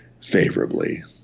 favorably